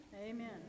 amen